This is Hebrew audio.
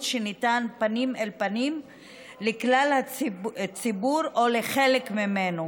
שניתן פנים אל פנים לכלל הציבור או לחלק ממנו